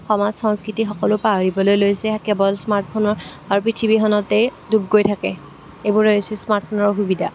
সমাজ সংস্কৃতি সকলো পাহৰিবলৈ লৈছে কেৱল স্মাৰ্টফোনৰ অ পৃথিৱীখনতে ডুব গৈ থাকে এইবোৰে হৈছে স্মাৰ্টফোনৰ অসুবিধা